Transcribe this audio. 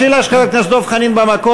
השאלה של חבר הכנסת דב חנין במקום.